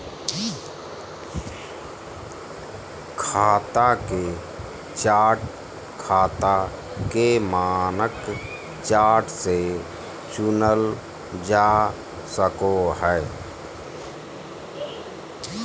खाता के चार्ट खाता के मानक चार्ट से चुनल जा सको हय